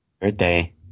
birthday